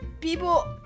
People